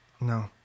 No